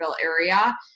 area